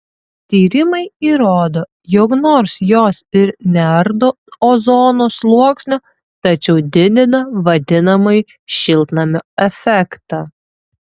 tyrimai įrodo jog nors jos ir neardo ozono sluoksnio tačiau didina vadinamąjį šiltnamio efektą